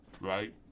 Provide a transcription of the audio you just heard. right